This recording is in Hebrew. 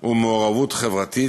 ומעורבות חברתית.